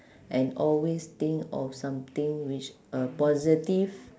and always think of something which are positive